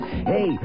Hey